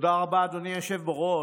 תודה רבה, אדוני היושב בראש.